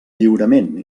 lliurament